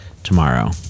tomorrow